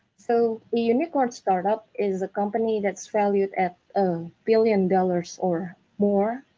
so unicorn startup is a company that's valued at billion dollars or more.